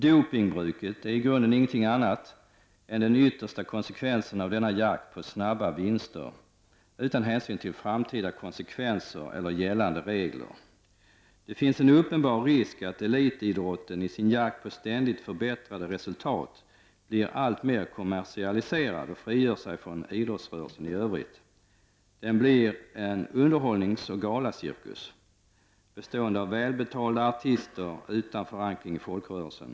Dopingbruket är i grunden ingenting annat än den yttersta konsekvensen av denna jakt på snabba vinster, utan hänsyn till framtida konsekvenser eller gällande regler. Det finns en uppenbar risk att elitidrotten, i sin jakt på ständigt förbättrade resultat, blir allt mer kommersialiserad och frigör sig från idrottsrörelsen i övrigt. Den blir en ”underhållningsoch galacirkus” bestående av välbetalda artister utan förankring i folkrörelsen.